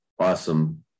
awesome